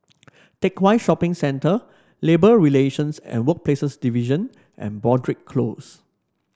Teck Whye Shopping Centre Labour Relations and Workplaces Division and Broadrick Close